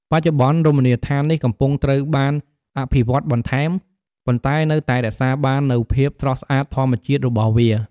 បច្ចុប្បន្ន រមណីយដ្ឋាននេះកំពុងត្រូវបានអភិវឌ្ឍបន្ថែម ប៉ុន្តែនៅតែរក្សាបាននូវភាពស្រស់ស្អាតធម្មជាតិរបស់វា។